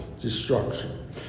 destruction